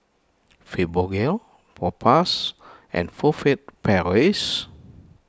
Fibogel Propass and Furfere Paris